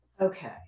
okay